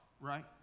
right